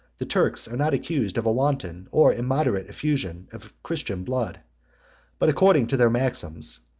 the turks are not accused of a wanton or immoderate effusion of christian blood but according to their maxims,